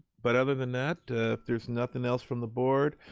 but other than that, if there's nothing else from the board,